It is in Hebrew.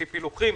לפי פילוחים,